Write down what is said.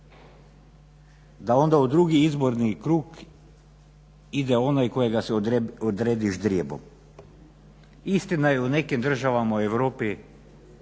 da onda u drugi izborni krug ide onaj kojega se odredi ždrijebom. Istina je, u nekim državama u Europi